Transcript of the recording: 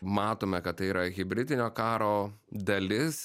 matome kad tai yra hibridinio karo dalis